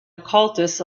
occultist